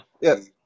yes